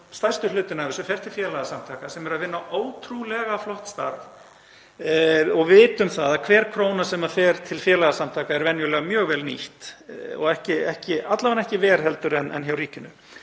stærsti hlutinn af þessu fer til félagasamtaka sem eru að vinna ótrúlega flott starf. Við vitum að hver króna sem fer til félagasamtaka er venjulega mjög vel nýtt og alla vega ekki verr en hjá ríkinu.